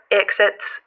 exits